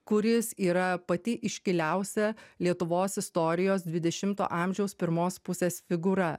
kuris yra pati iškiliausia lietuvos istorijos dvidešimto amžiaus pirmos pusės figūra